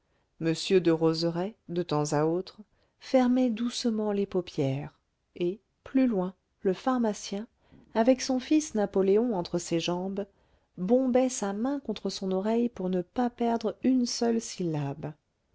m derozerays de temps à autre fermait doucement les paupières et plus loin le pharmacien avec son fils napoléon entre ses jambes bombait sa main contre son oreille pour ne pas perdre une seule syllabe